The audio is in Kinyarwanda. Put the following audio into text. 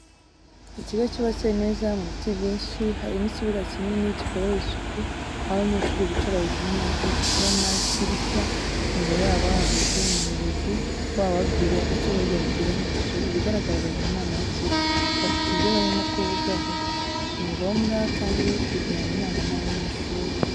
Ikigo cyubatse neza mu biti byinshi, hari n'ikibuga kinini, gikorewe isuku, aho abanyeshuri bicara hejuru y'amadarajya, imbere yabo hahagaze umuyobozi wabo ababwira icyo yabateganyirije. Ibigaragara bari mu nama y'ikigo, bafite ibyo barimo kuvugaho. Ni ngombwa kandi kugirana inama n'abanyeshuri.